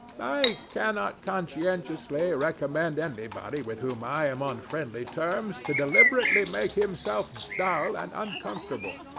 i cannot conscientiously recommend anybody with whom i am on friendly terms to deliberately make himself dull and uncomfortable.